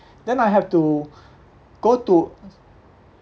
then I have to go to